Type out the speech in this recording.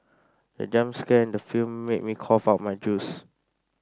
the jump scare in the film made me cough out my juice